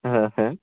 হ্যাঁ হ্যাঁ